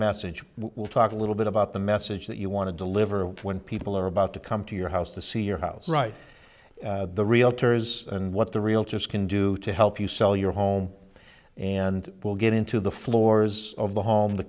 message will talk a little bit about the message that you want to deliver when people are about to come to your house to see your house right the realtors and what the realtors can do to help you sell your home and will get into the floors of the home the